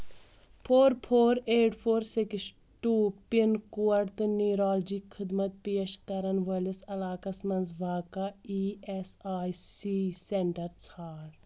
four four eight four six two pin code تہٕ neurology خدمت پیش کرن وٲلِس علاقس مَنٛز واقع E S I C centre ژھانڈ